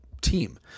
team